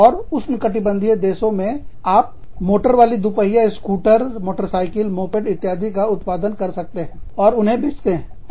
और उष्णकटिबंधीय देशों में आप मोटर वाली दुपहिया स्कूटर मोटरसाइकिल मोपेड इत्यादि का उत्पादन कर सकती है और उन्हें बेचती है